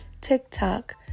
TikTok